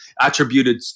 attributed